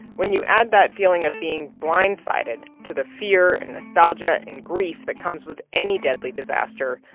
when you add that feeling of being blindsided to the fear and nostalgia and grief that comes with any deadly disaster,